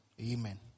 amen